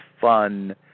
fun